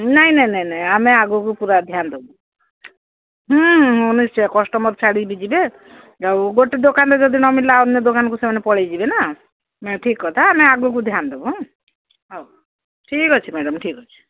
ନାଇଁ ନାଇଁ ନାଇଁ ନାଇଁ ଆମେ ଆଗକୁ ପୁରା ଧ୍ୟାନ ଦେବୁ ନିଶ୍ଚୟ କଷ୍ଟମର ଛାଡ଼ିକି ଯିବେ ଆଉ ଗୋଟେ ଦୋକାନରେ ଯଦି ନମିଳିଲା ଅନ୍ୟ ଦୋକାନକୁ ସେମାନେ ପଳେଇଯିବେ ନା ଠିକ୍ କଥା ଆମେ ଆଗକୁ ଧ୍ୟାନ ଦେବୁ ହଁ ହଉ ଠିକ୍ ଅଛି ମ୍ୟାଡମ୍ ଠିକ୍ ଅଛି